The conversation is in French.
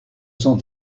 son